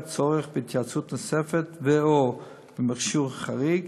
או שמתעורר צורך בהתייעצות נוספת ו/או במכשור חריג,